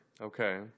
Okay